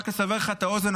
רק לסבר לך את האוזן,